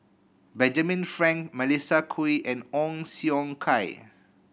Benjamin Frank Melissa Kwee and Ong Siong Kai